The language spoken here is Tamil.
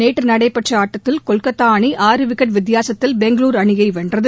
நேற்று நடைபெற்ற ஆட்டத்தில் கொல்கத்தா அணி ஆறு விக்கெட் வித்தியாசத்தில் பெங்களுரு அணியை வென்றது